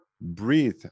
breathe